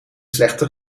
slechte